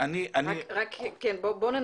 בואו ננסה,